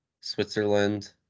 Switzerland